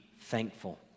thankful